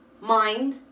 mind